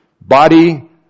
body